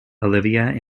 olivia